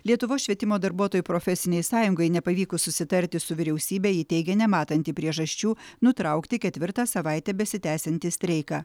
lietuvos švietimo darbuotojų profesinei sąjungai nepavykus susitarti su vyriausybe ji teigė nematanti priežasčių nutraukti ketvirtą savaitę besitęsiantį streiką